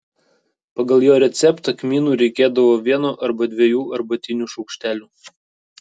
pagal jo receptą kmynų reikėdavo vieno arba dviejų arbatinių šaukštelių